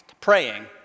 praying